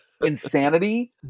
insanity